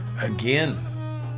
again